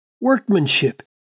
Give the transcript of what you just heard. workmanship